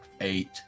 eight